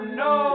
no